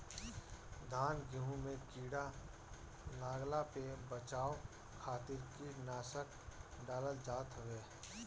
धान गेंहू में कीड़ा लागला पे बचाव खातिर कीटनाशक डालल जात हवे